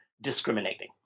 discriminating